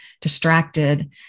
distracted